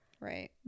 Right